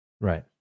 Right